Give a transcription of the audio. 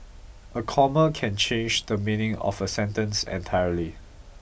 a comma can change the meaning of a sentence entirely